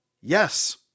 yes